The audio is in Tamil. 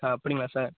ஆ அப்படிங்களா சார்